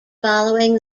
following